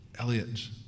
Elliot